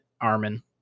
Armin